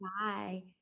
bye